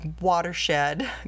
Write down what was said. watershed